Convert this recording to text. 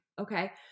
okay